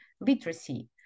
literacy